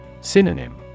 Synonym